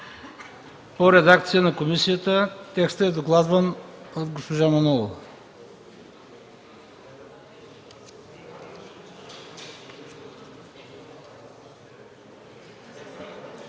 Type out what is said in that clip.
по редакцията на комисията. Текстът е докладван от госпожа Манолова.